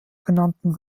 genannten